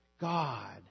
God